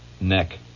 neck